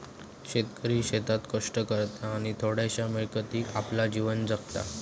शेतकरी शेतात कष्ट करता आणि थोड्याशा मिळकतीत आपला जीवन जगता